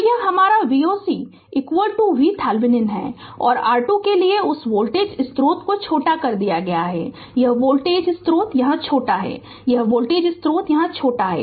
Refer Slide Time 1050 तो यह हमारा Voc VTheveninहै और R2 के लिए उस वोल्टेज स्रोत को छोटा कर दिया गया है यह वोल्टेज स्रोत यहाँ छोटा है यह वोल्टेज स्रोत यहाँ छोटा है